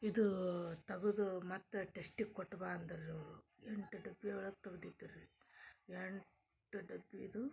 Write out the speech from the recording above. ಇದೂ ತಗದು ಮತ್ತು ಟೆಶ್ಟಿಗೆ ಕೋಟ್ಬಾ ಅಂದರು ಅವರು ಎಂಟು ಡಬ್ಬಿ ಒಳಗೆ ತಗ್ದಿದ್ದು ರೀ ಎಂಟು ಡಬ್ಬಿದು